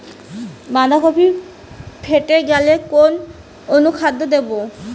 বাঁধাকপি ফেটে গেলে কোন অনুখাদ্য দেবো?